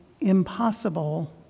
impossible